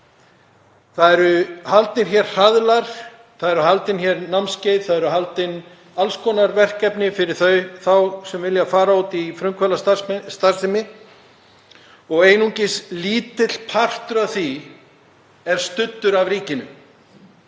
Það eru haldnir hér hraðlar, það eru haldin námskeið, það eru haldin alls konar verkefni fyrir þau sem vilja fara út í frumkvöðlastarfsemi og einungis lítill partur af því er studdur af ríkinu.